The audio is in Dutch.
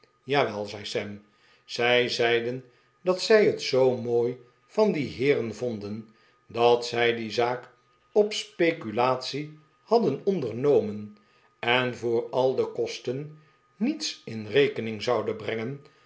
jawel zei sam zij zeiden dat zij het a zoo mooi van die heeren vonden dat zij die zaak op speculatie hadden ondernomen en voor al de kosten niets in rekening zoude pickwick club den brengen